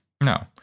No